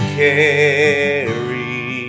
carry